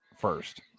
first